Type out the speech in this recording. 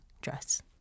dress